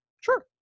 Sure